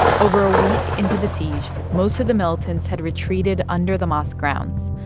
over a week into the siege, most of the militants had retreated under the mosque grounds.